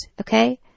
okay